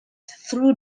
through